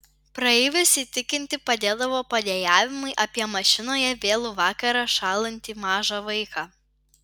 praeivius įtikinti padėdavo padejavimai apie mašinoje vėlų vakarą šąlantį mažą vaiką